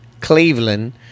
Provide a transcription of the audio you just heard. Cleveland